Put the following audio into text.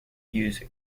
use